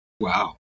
Wow